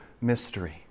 mystery